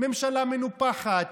ממשלה מנופחת,